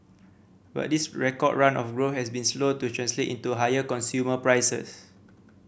but this record run of growth has been slow to translate into higher consumer prices